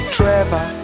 Trevor